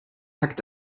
hackt